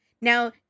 Now